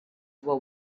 were